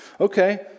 Okay